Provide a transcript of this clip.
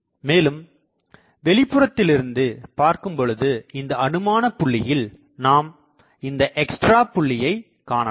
மேலும் வெளிப்புறத்திலிருந்து பார்க்கும்பொழுது இந்த அனுமான புள்ளியில் நாம் இந்த எக்ஸ்ட்ரா புள்ளியை காணலாம்